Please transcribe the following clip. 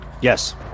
Yes